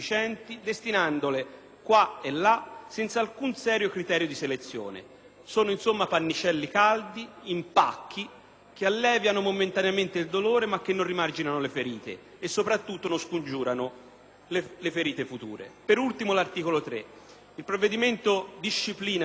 Sono insomma pannicelli caldi, impacchi che alleviano momentaneamente il dolore, ma che non rimarginano le ferite e soprattutto non scongiurano le ferite future. Per ultimo l'articolo 3. Il provvedimento disciplina la copertura per opere connesse all'evento della Presidenza italiana del G8.